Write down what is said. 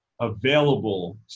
available